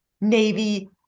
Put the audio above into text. Navy